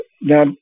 Now